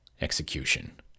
execution